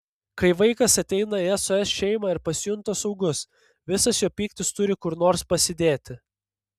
kai vaikas ateina į sos šeimą ir pasijunta saugus visas jo pyktis turi kur nors pasidėti